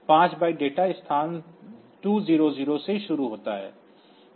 5 byte data स्थान 200 से शुरू होता है